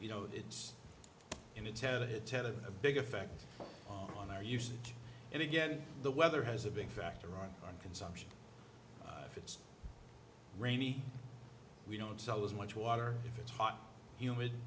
you know it's in a ten to ten of a big effect on our usage and again the weather has a big factor on consumption if it's rainy we don't sell as much water if it's hot humid